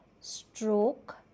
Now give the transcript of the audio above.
stroke